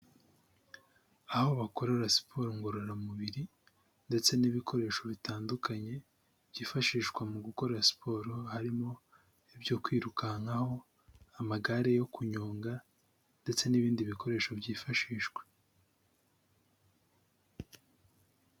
Aho bakorera siporo ngororamubiri ndetse n'ibikoresho bitandukanye byifashishwa mu gukora siporo; harimo ibyo kwirukankaho, amagare yo kunyonga ndetse n'ibindi bikoresho byifashishwa.